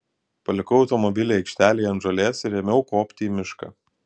palikau automobilį aikštelėje ant žolės ir ėmiau kopti į mišką